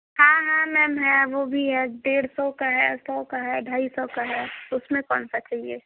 हाँ हाँ मैम है वो भी है डेढ़ सौ का है सौ का है ढाई सौ का है उसमें कौनसा चाहिए